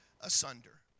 asunder